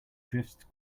drifts